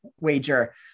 wager